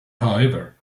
however